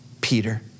Peter